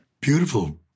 Beautiful